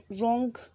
wrong